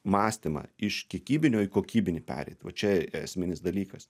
mąstymą iš kiekybinio į kokybinį pereit va čia esminis dalykas